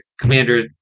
Commander